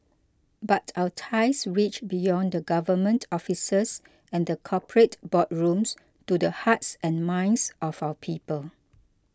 but our ties reach beyond the government offices and the corporate boardrooms to the hearts and minds of our people